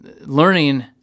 learning